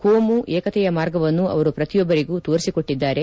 ಕೋಮು ಏಕತೆಯ ಮಾರ್ಗವನ್ನು ಅವರು ಪ್ರತಿಯೊಬ್ಬರಿಗೂ ತೋರಿಸಿಕೊಟ್ಟಿದ್ದಾರೆ